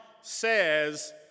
says